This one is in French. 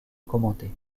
commenter